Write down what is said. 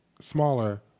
smaller